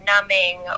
numbing